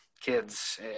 kids